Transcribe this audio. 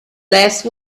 last